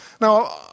Now